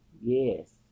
Yes